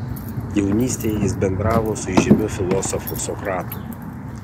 jaunystėje jis bendravo su įžymiu filosofu sokratu